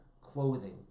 clothing